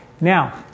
Now